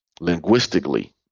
Linguistically